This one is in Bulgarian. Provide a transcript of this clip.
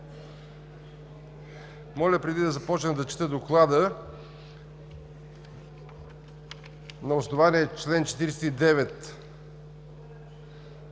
Моля, преди да започна да чета Доклада, на основание чл. 49,